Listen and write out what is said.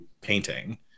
painting